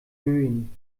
böen